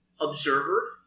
observer